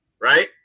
right